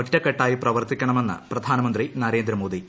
ഒറ്റക്കെട്ടായി പ്രവർത്തിക്കണമെന്ന് പ്രധാനമന്ത്രി നരേന്ദ്രമോദി